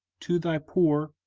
to thy poor,